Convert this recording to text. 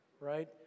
right